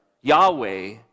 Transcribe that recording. Yahweh